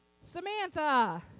Samantha